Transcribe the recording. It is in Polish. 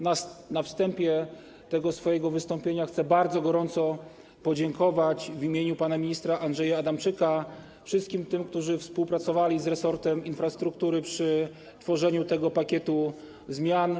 Na wstępie tego swojego wystąpienia chcę bardzo gorąco podziękować w imieniu pana ministra Andrzeja Adamczyka wszystkim tym, którzy współpracowali z resortem infrastruktury przy tworzeniu tego pakietu zmian.